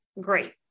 Great